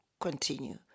continue